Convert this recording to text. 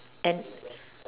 and